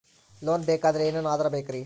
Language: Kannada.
ಲೋನ್ ಬೇಕಾದ್ರೆ ಏನೇನು ಆಧಾರ ಬೇಕರಿ?